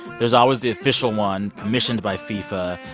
there's always the official one commissioned by fifa.